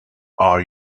are